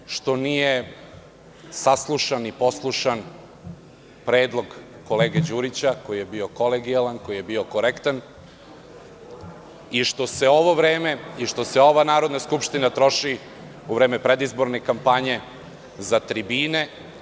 Žao mi je što nije saslušan i poslušan predlog kolege Đurića, koji je bio kolegijalan, koji je bio korektan i što se ovo vreme i što se ova Narodna skupština troši u vreme predizborne kampanje za tribine.